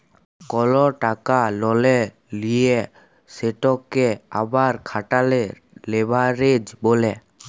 call টাকা ললে লিঁয়ে সেটকে আবার খাটালে লেভারেজ ব্যলে